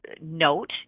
note